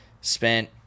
spent